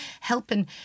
helping